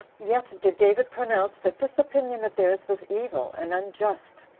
yet did david pronounce that this opinion of theirs was evil and unjust,